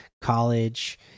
college